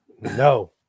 No